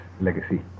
legacy